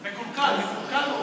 מקולקל.